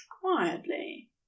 quietly